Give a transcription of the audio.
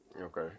Okay